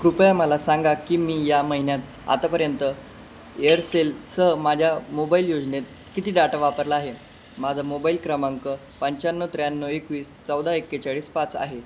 कृपया मला सांगा की मी या महिन्यात आतापर्यंत एअरसेल सह माझ्या मोबाइल योजनेत किती डाटा वापरला आहे माझा मोबाइल क्रमांक पंचाण्णव त्र्याण्णव एकवीस चौदा एक्केचाळीस पाच आहे